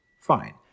Fine